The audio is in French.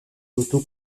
moto